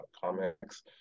comics